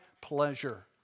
pleasure